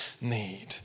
need